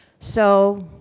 so,